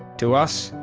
to us,